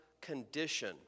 condition